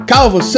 Calvo